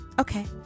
Okay